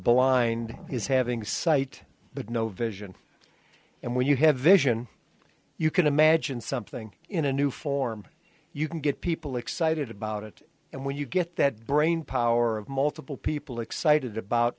blind is having sight but no vision and when you have vision you can imagine something in a new form you can get people excited about it and when you get that brain power of multiple people excited about